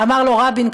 אמר לו רבין,